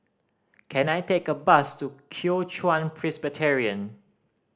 can I take a bus to Kuo Chuan Presbyterian